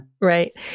Right